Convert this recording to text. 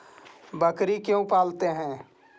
बकरी क्यों पालते है?